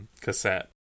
cassette